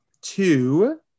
two